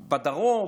בדרום,